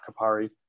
kapari